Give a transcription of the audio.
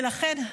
ולכן,